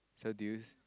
so do you